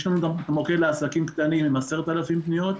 יש לנו גם מוקד לעסקים קטנים עם 10,000 פניות,